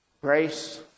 Grace